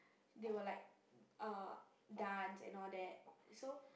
they will like uh dance and all that so